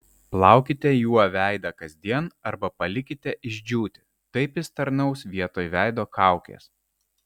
plaukite juo veidą kasdien arba palikite išdžiūti taip jis tarnaus vietoj veido kaukės